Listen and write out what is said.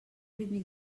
rítmic